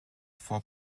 four